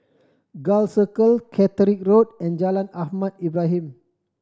Gul Circle Catterick Road and Jalan Ahmad Ibrahim